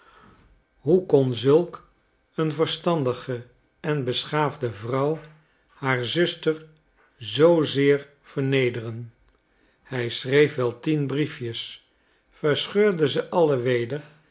hoe kon zulk een verstandige en beschaafde vrouw haar zuster zoozeer vernederen hij schreef wel tien briefjes verscheurde ze alle weder